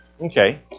Okay